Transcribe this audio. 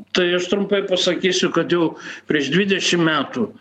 tai aš trumpai pasakysiu kad jau prieš dvidešimt metų